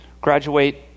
Graduate